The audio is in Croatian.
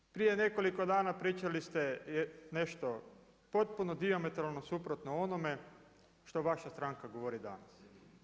Naime, prije nekoliko dana pričali ste nešto potpuno dijametralno suprotno onome što vaša stranka govori danas.